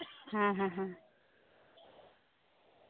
ᱦᱮᱸ ᱦᱮᱸ ᱦᱮᱸ